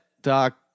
Doc